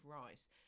rice